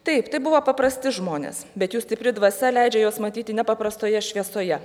taip tai buvo paprasti žmonės bet jų stipri dvasia leidžia juos matyti nepaprastoje šviesoje